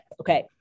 okay